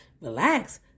relax